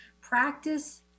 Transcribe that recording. Practice